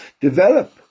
develop